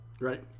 Right